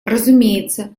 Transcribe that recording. разумеется